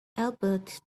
albert